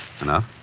Enough